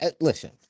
listen